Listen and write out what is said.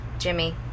Jimmy